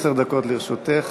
עשר דקות לרשותך.